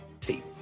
Tape